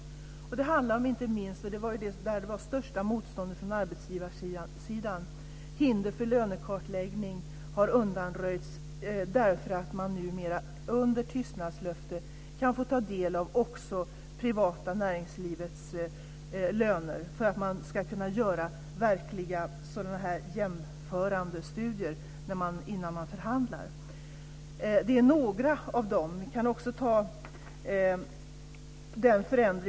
Inte minst handlar det om - och det var här som motståndet var störst hos arbetsgivarsidan - att hinder för lönekartläggning nu har undanröjts, därför att man numera under tystnadslöfte kan få ta del av lönerna också i det privata näringslivet för att det ska vara möjligt att göra jämförande studier inför förhandlingar. Detta är några av de förändringar som genomfördes.